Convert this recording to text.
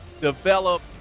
develop